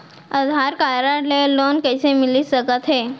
आधार card ले loan कइसे मिलिस सकत हे?